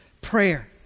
prayer